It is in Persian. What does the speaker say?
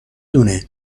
دونه